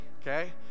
Okay